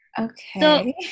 Okay